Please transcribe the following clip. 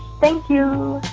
thank you